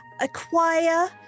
acquire